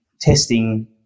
testing